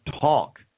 talk